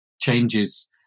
changes